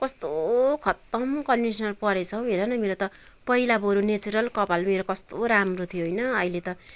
कस्तो खत्तम कन्डिसनर परेछ हौ हेर न मेरो त पहिला बरु नेचरल कपाल मेरो कस्तो राम्रो थियो होइन अहिले त